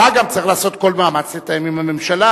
אתה גם צריך לעשות כל מאמץ לתאם עם הממשלה,